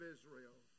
Israel